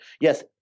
yes